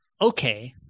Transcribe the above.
Okay